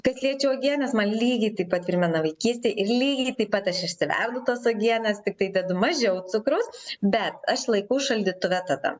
kas liečia uogienes man lygiai taip pat primena vaikystę lygiai taip pat aš išsiverdu tas uogienes tiktai dedu mažiau cukraus bet aš laikau šaldytuve tada